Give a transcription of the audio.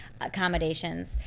accommodations